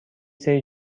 سری